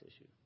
issue